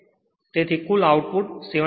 તેથી કુલ આઉટપુટ 73